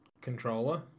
controller